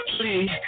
please